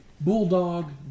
bulldog